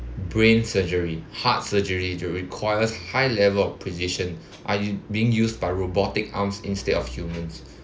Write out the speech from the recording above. brain surgery heart surgery to requires a high level precision ar~ being used by robotic arms instead of humans